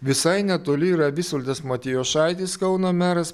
visai netoli yra visvaldas matijošaitis kauno meras